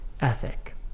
ethic